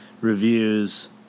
reviews